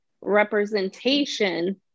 representation